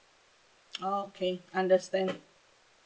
orh okay understand